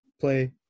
play